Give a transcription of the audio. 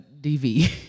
DV